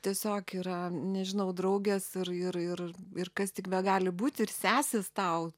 tiesiog yra nežinau draugės ir ir ir ir kas tik begali būt ir sesės tau